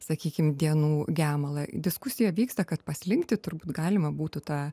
sakykim dienų gemalą diskusija vyksta kad paslinkti turbūt galima būtų tą